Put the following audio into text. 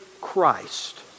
Christ